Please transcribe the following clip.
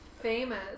famous